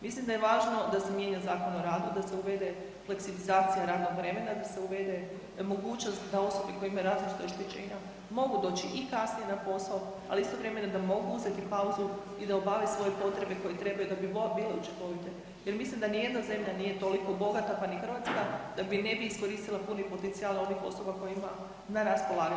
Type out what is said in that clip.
Mislim da je važno da se mijenja Zakon o radu, da se uvede ... radnog vremena, da se uvede mogućnost da osobe koje imaju različita oštećenja mogu doći i kasnije na posao, ali istovremeno, da mogu uzeti pauzu i da obave svoje potrebe koje trebaju da bi bile učinkovite jer mislim da nijedna zemlja nije toliko bogata, pa ni Hrvatska, da bi, ne bi iskoristila puni potencijal onih osoba koje ima na raspolaganju.